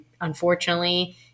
unfortunately